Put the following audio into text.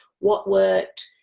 what worked,